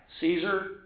Caesar